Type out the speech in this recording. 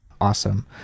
Awesome